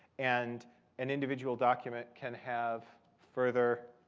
and an individual document can have further